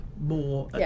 more